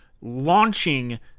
launching